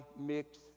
mix